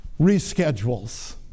reschedules